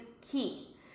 key